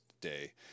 day